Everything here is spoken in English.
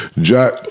Jack